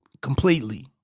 completely